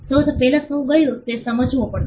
શોધ પહેલાં શું ગયુ તે સમજાવવું પડશે